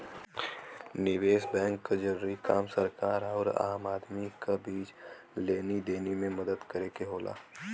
निवेस बैंक क जरूरी काम सरकार आउर आम आदमी क बीच लेनी देनी में मदद करे क होला